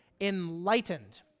Enlightened